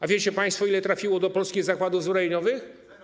A wiecie państwo, ile trafiło do polskich zakładów zbrojeniowych?